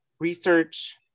Research